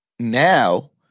Now